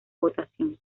votación